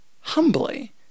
Humbly